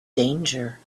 danger